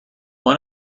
why